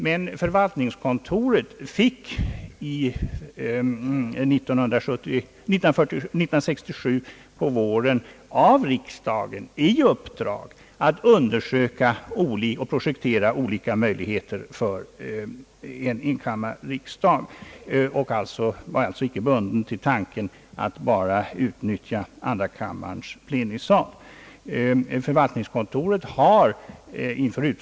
Men förvaltningskontoret fick på våren 1967 i uppdrag av riksdagen att undersöka och projektera olika möjligheter för en enkammarriksdag och var alltså inte bundet till tanken att bara utnyttja andra kammarens plenisal.